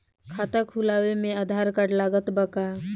खाता खुलावे म आधार कार्ड लागत बा का?